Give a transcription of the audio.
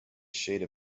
shade